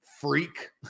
freak